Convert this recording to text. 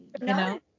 No